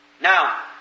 Now